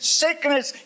sickness